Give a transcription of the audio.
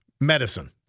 medicine